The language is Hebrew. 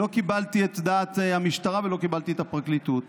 לא קיבלתי את דעת המשטרה ולא קיבלתי את דעת הפרקליטות